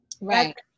Right